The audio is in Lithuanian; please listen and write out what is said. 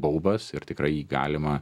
baubas ir tikrai jį galima